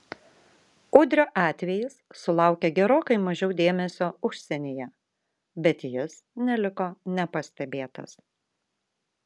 udrio atvejis sulaukė gerokai mažiau dėmesio užsienyje bet jis neliko nepastebėtas